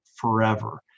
forever